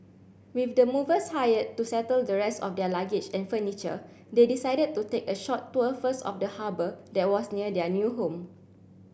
with the movers hired to settle the rest of their luggage and furniture they decided to take a short tour first of the harbour that was near their new home